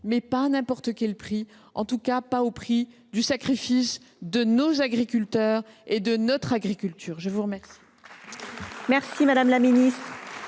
conclus à n’importe quel prix et en tout cas pas au prix du sacrifice de nos agriculteurs et de notre agriculture. La parole